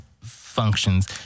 functions